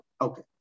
Okay